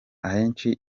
ahenshi